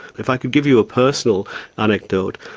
if i could give you a personal anecdote,